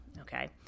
Okay